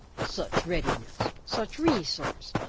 such readiness, such resource,